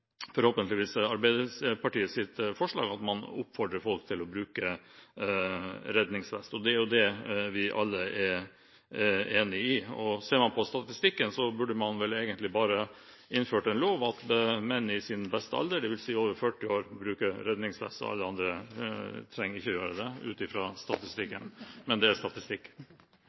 forslag, at man oppfordrer folk til å bruke redningsvest. Det er det vi alle er enige om. Ser man på statistikken, bør man vel egentlig bare innføre en lov om at menn i sin beste alder, dvs. over 40 år, bruker redningsvest, og alle andre trenger ikke å gjøre det – ut fra statistikken. Men det er